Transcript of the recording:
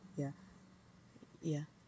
ya ya